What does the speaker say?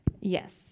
Yes